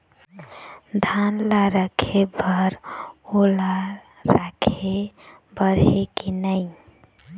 धान ला रखे बर ओल राखे बर हे कि नई?